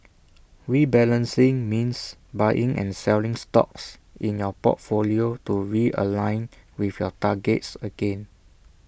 rebalancing means buying and selling stocks in your portfolio to realign with your targets again